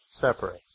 separate